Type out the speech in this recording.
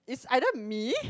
is either me